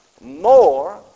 more